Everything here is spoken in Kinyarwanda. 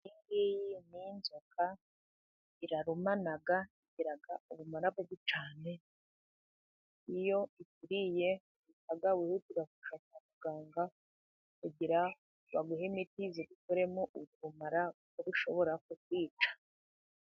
Iyi ngiyi ni inzoka irarumana igira ubumara bubi cyane, iyo ikuriye uhita wihutira kujya kwa muganga kugira ngo baguhe imiti igukuremo ubwo bumara, kuko bushobora kukwica